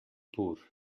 pur